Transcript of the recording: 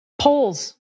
Polls